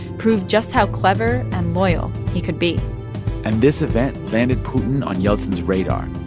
proved just how clever and loyal he could be and this event landed putin on yeltsin's radar.